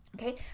Okay